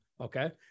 okay